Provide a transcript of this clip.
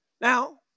Now